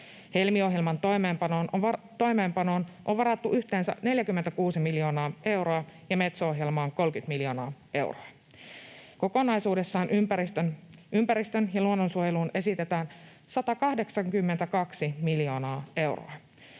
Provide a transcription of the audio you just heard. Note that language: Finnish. Helmi-ohjelman toimeenpanoon on varattu yhteensä 46 miljoonaa euroa ja Metso-ohjelmaan 30 miljoonaa euroa. Kokonaisuudessaan ympäristön- ja luonnonsuojeluun esitetään 182 miljoonaa euroa.